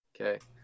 okay